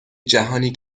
جهانی